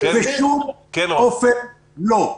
בשום אופן לא.